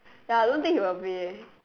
ya I don't think he will pay eh